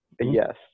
Yes